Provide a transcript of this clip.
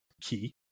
key